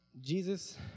Jesus